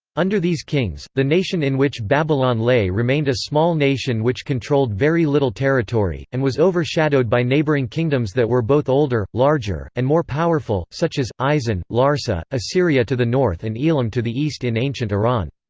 under these kings, the nation in which babylon lay remained a small nation which controlled very little territory, and was overshadowed by neighbouring kingdoms that were both older, larger, and more powerful, such as isin, larsa, assyria to the north and elam to the east in ancient iran.